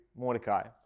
Mordecai